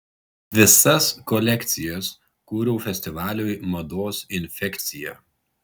visas kolekcijas kūriau festivaliui mados infekcija